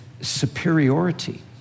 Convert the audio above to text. superiority